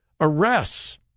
arrests